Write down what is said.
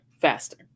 faster